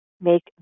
make